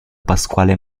pasquale